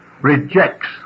rejects